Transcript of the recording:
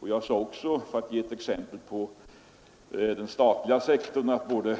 För att ge ett exempel från den statliga sektorn sade jag, att